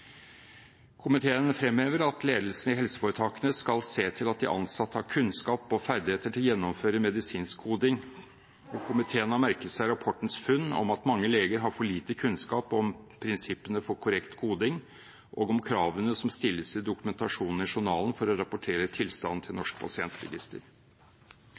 Komiteen fremhever at ledelsen i helseforetakene skal se til at de ansatte har kunnskap og ferdigheter til å gjennomføre medisinsk koding. Komiteen har merket seg rapportens funn om at mange leger har for lite kunnskap om prinsippene for korrekt koding og om kravene som stilles til dokumentasjonen i journalen for å rapportere tilstanden til